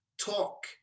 talk